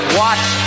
watch